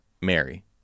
Mary